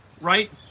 right